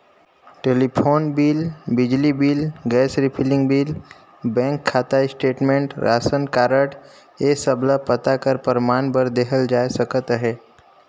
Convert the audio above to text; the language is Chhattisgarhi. टेलीफोन बिल, बिजली bill, gas refilling bill, bank खाता स्टेटमेंट, रासन कारड ए सब ल पता कर परमान बर देहल जाए सकत अहे